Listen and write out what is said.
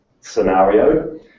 scenario